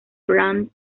brandt